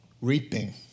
reaping